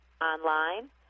online